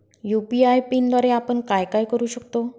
UPI पिनद्वारे आपण काय काय करु शकतो?